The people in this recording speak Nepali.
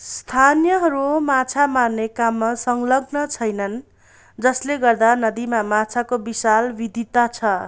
स्थानीयहरू माछा मार्ने काममा संलग्न छैनन् जसले गर्दा नदीमा माछाको विशाल विधिता छ